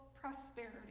prosperity